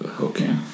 Okay